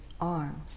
arms